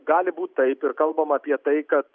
gali būt taip ir kalbama apie tai kad